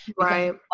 Right